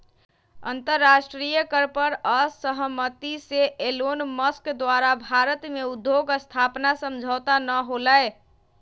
अंतरराष्ट्रीय कर पर असहमति से एलोनमस्क द्वारा भारत में उद्योग स्थापना समझौता न होलय